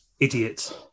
Idiots